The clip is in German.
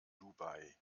dubai